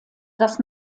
das